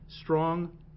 Strong